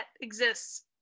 exists